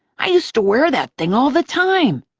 i used to wear that thing all the time.